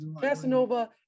Casanova